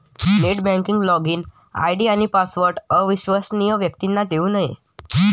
net banking login ID आणि password अविश्वसनीय व्यक्तींना देऊ नये